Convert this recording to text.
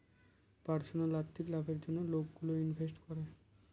personal আর্থিক লাভের জন্য লোকগুলো ইনভেস্ট করে